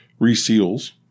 reseals